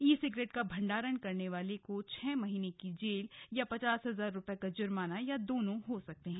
ई cigarette का भंडारण करने वालों को छह महीने की जेल की सजा या पचास हजार रूपये का जुर्माना या दोनों हो सकता है